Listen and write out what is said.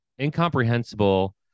incomprehensible